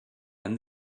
and